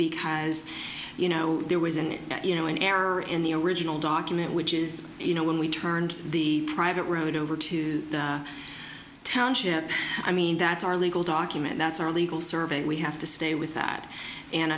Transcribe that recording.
because as you know there was in it that you know an error in the original document which is you know when we turned the private road over to the township i mean that's our legal document that's our legal survey we have to stay with